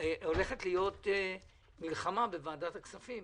שהולכת להיות מלחמה בוועדת הכספים